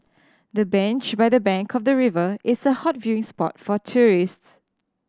the bench by the bank of the river is a hot viewing spot for tourists